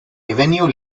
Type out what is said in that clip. avenue